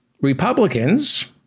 Republicans